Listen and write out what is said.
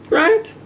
right